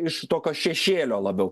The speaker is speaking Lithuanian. iš tokio šešėlio labiau